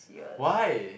why